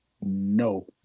no